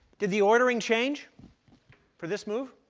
did the ordering change for this move?